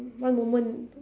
one moment